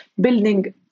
building